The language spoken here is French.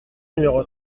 numéro